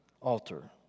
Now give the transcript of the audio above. altar